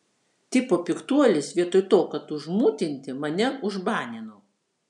tipo piktuolis vietoj to kad užmutinti mane užbanino